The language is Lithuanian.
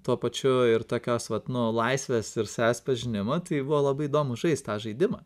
tuo pačiu ir tokios vat nu laisvės ir savęs pažinimo tai buvo labai įdomu žaist tą žaidimą